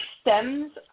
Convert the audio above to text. stems